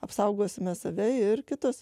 apsaugosime save ir kitus